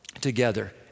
together